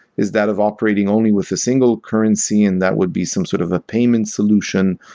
is that of operating only with a single currency, and that would be some sort of a payment solution.